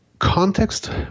context